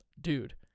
dude